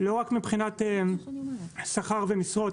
לא רק מבחינת שכר ומשרות,